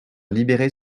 libérer